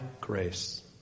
grace